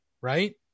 right